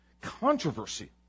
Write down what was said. controversy